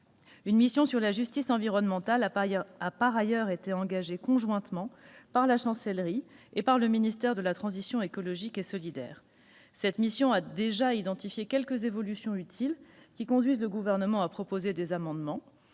Une mission sur la justice environnementale a par ailleurs été engagée conjointement par la chancellerie et par le ministère de la transition écologique et solidaire. Elle a identifié quelques évolutions utiles, qui conduisent le Gouvernement à proposer des amendements.